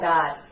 God